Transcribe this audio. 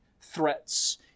threats